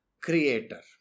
creator